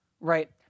right